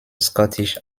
scottish